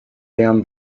down